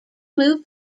move